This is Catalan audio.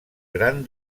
gran